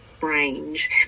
range